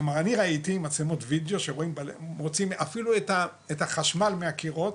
כלומר אני ראיתי מצלמות וידיאו שמוציאים אפילו את החשמל מהקירות,